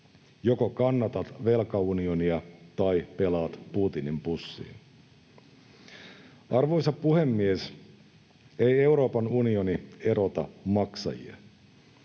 joko kannatat velkaunionia tai pelaat Putinin pussiin. Arvoisa puhemies! Ei Euroopan unioni erota maksajia.